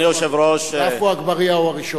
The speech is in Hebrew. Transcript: ועפו אגבאריה הוא הראשון.